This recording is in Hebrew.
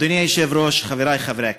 אדוני היושב-ראש, חברי חברי הכנסת,